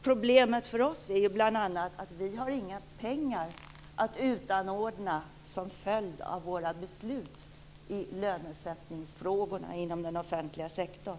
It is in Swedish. Problemet för oss är bl.a. att vi inte har några pengar att utanordna som följd av våra beslut i lönesättningsfrågorna inom den offentliga sektorn.